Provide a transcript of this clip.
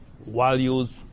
values